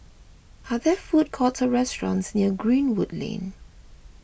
are there food courts or restaurants near Greenwood Lane